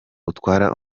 utwara